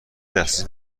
دسترسی